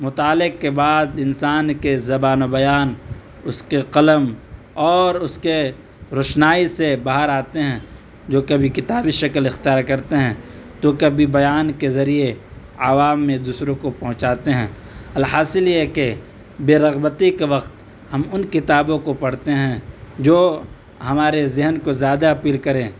مطالعے کے بعد انسان کے زبان و بیان اس کے قلم اور اس کے روشنائی سے باہر آتے ہیں جو کبھی کتابی شکل اختیار کرتے ہیں تو کبھی بیان کے ذریعے عوام میں دوسروں کو پہنچاتے ہیں الحاصل یہ کہ بےرغبتی کے وقت ہم ان کتابوں کو پرھتے ہیں جو ہمارے ذہن کو زیادہ اپیل کریں